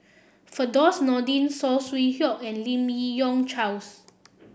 Firdaus Nordin Saw Swee Hock and Lim Yi Yong Charles